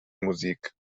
musik